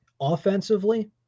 Offensively